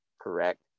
correct